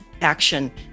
action